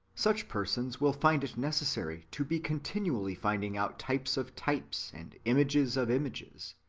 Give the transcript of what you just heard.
such persons will find it necessary to be continually finding out types of types, and images of images,